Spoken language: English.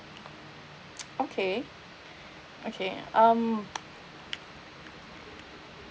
okay okay um